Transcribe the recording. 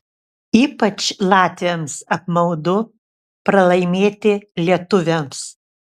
ypač latviams apmaudu pralaimėti lietuviams